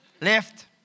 Left